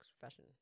fashion